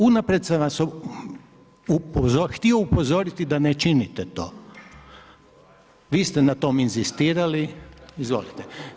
Unaprijed sam vas htio upozoriti da ne činite to, vi ste na tome inzistirali, izvolite.